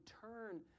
turn